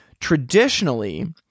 traditionally